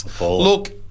Look